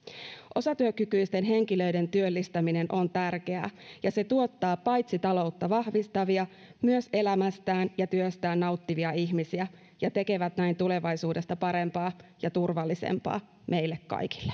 osatyökykyisten henkilöiden työllistäminen on tärkeää ja se tuottaa paitsi taloutta vahvistavia myös elämästään ja työstään nauttivia ihmisiä ja tekee näin tulevaisuudesta parempaa ja turvallisempaa meille kaikille